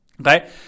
Okay